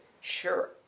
sure